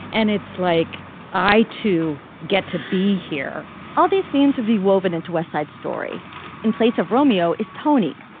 and it's like i too get to be here all these themes will be woven into west side story in place of romeo is tony.